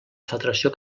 federació